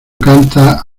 canta